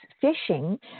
fishing